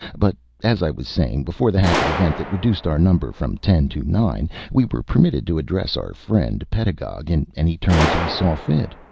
but, as i was saying, before the happy event that reduced our number from ten to nine we were permitted to address our friend pedagog in any terms we saw fit,